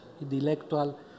Intellectual